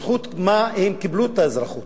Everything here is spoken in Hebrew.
בזכות מה הם קיבלו את האזרחות?